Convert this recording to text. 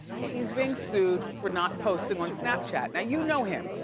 he's being sued for not posting on snapchat. and you know him.